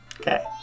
Okay